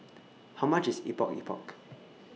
How much IS Epok Epok